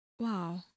Wow